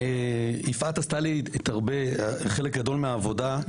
יפעת עשתה לי חלק גדול מהעבודה,